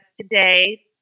today